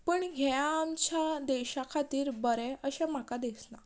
पूण हें आमच्या देशा खातीर बरें अशें म्हाका दिसना